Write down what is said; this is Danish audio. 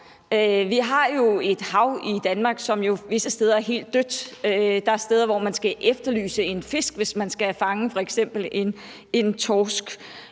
Vi har jo et hav i Danmark, som visse steder er helt dødt. Der er steder, hvor man skal efterlyse en fisk, hvis man f.eks. skal fange en torsk.